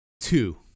two